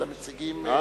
אלא מציגים,